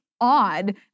odd